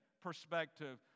perspective